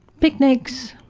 picnics.